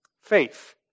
Faith